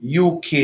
UK